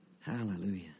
Hallelujah